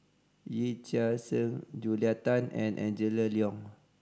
Yee Chia Hsing Julia Tan and Angela Liong